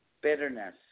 bitterness